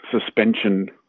suspension